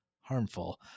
harmful